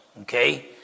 Okay